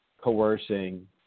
coercing